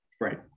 Right